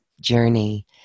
journey